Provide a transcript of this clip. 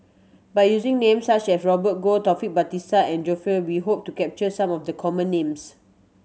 by using names such as Robert Goh Taufik Batisah and we hope to capture some of the common names